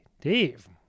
Dave